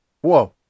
Whoa